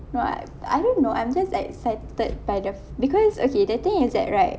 no I I don't know I'm just excited by the f~ because okay the thing is that right